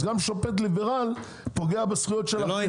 אז גם שופט ליברל פוגע בזכויות שלנו.